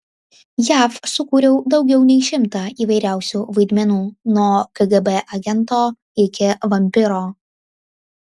jav sukūriau daugiau nei šimtą įvairiausių vaidmenų nuo kgb agento iki vampyro